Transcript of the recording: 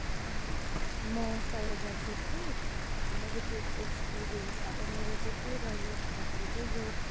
म Saroja Chhetri negative experience अब मेरो चाहिँ के रह्यो भन्दाखेरि चाहिँ